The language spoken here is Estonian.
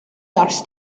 arst